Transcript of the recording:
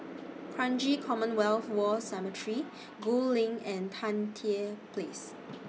Kranji Commonwealth War Cemetery Gul LINK and Tan Tye Place